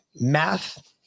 math